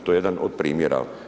To je jedan od primjera.